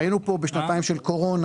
היינו כאן בשנתיים של קורונה.